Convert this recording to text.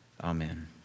amen